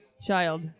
child